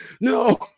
no